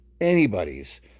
anybody's